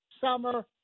summer